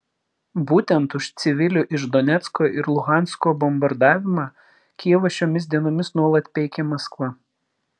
būtent už civilių iš donecko ir luhansko bombardavimą kijevą šiomis dienomis nuolat peikia maskva